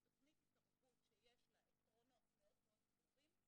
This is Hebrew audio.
אלימות היא תוכנית התערבות שיש לה עקרונות מאוד מאוד ברורים,